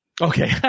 okay